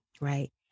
right